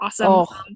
awesome